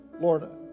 Lord